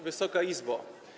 Wysoka Izbo!